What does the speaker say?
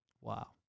Wow